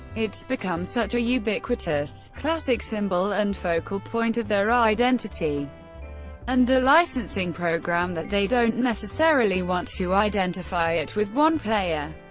it's become such a ubiquitous, classic symbol and focal point of their identity and their licensing program that they don't necessarily want to identify it with one player.